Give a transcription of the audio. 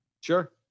Sure